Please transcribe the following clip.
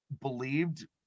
believed